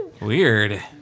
weird